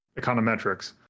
econometrics